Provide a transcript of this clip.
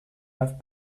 have